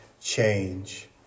change